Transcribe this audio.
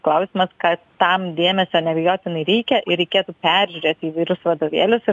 klausimas kad tam dėmesio neabejotinai reikia ir reikėtų peržiūrėti įvairius vadovėlius ir